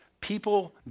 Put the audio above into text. people